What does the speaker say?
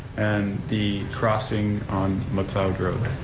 and the crossing on macleod road.